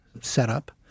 setup